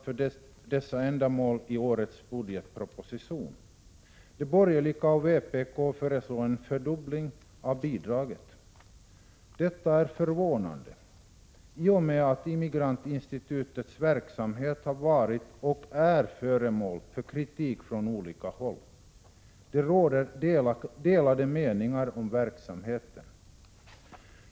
för detta ändamål i årets budgetproposition. De borgerliga och vpk föreslår en fördubbling av bidraget. Detta är förvånande i och med att Immigrantinstitutets verksamhet har varit och är föremål för kritik från olika håll. Det råder delade meningar om verksamheten.